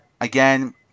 Again